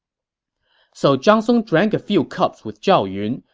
so zhang song drank a few cups with zhao yun,